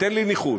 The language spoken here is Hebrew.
תן לי ניחוש.